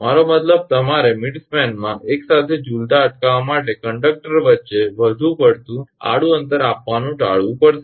મારો મતલબ કે તમારે મિડસ્પેનમાં એક સાથે ઝૂલતા અટકાવવા માટે કંડક્ટર વચ્ચે વધુ પડતું આડું અંતર આપવાનું ટાળવું પડશે